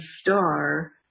star